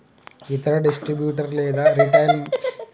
ఇతర డిస్ట్రిబ్యూటర్ లేదా రిటైలర్ నుండి సమకూర్చుకోవచ్చా?